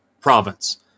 province